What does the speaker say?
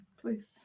please